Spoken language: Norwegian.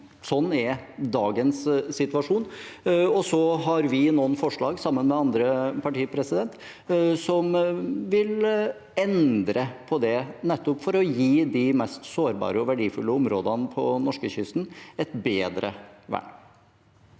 sånn er dagens situasjon. Så har vi noen forslag sammen med andre partier som vil endre på det, nettopp for å gi de mest sårbare og verdifulle områdene på norskekysten et bedre vern.